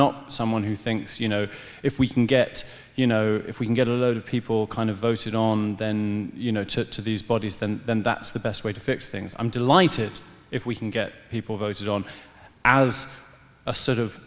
not someone who thinks you know if we can get you know if we can get a load of people kind of voted on then you know to these bodies then that's the best way to fix things i'm delighted if we can get people voted on as a sort of